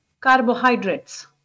carbohydrates